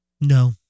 No